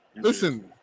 Listen